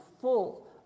full